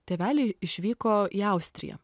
tėveliai išvyko į austriją